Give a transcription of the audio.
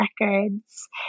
records